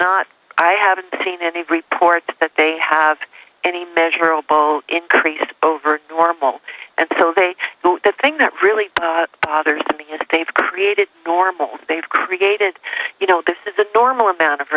not i haven't seen any report that they have any measurable increase over the normal and so they thought the thing that really bothers me is that they've created normal they've created you know this is a normal amount of